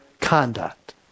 conduct